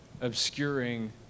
obscuring